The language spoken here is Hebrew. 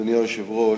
ואדוני היושב-ראש,